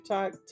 Talk